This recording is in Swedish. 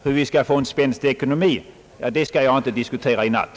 Hur vi skall få en spänstig ekonomi skall jag dock inte diskutera i natt.